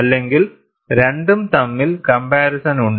അല്ലെങ്കിൽ രണ്ടും തമ്മിൽ കംപാരിസൺ ഉണ്ട്